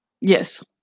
Yes